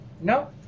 No